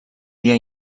dia